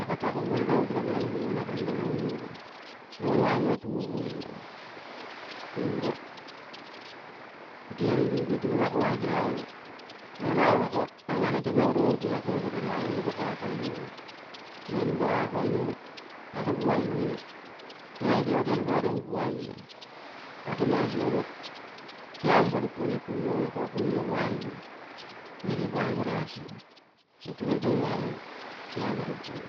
Ako tako uguine lo touno peroinuguine ako lonlosegu nigururo lo mau moriro tuguinu, turo tese pipitori mo akogo aike nagai egu lo nagai egu ako an arioo pesu lo akoi koro nagai egu noine pakagagoinugui. Noine pagaiakoinugu ako puagugui ne nagai iko girai toi ruraro puasi ako ama isigouse kiau ponpoiokuguine kuiogo ekorokui ama paigu. Menu paigugo lasige ikoge toimaumoriro kaiu porukuio